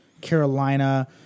Carolina